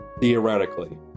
theoretically